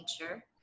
Nature